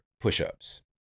push-ups